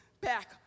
back